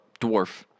dwarf